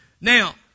Now